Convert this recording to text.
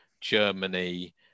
Germany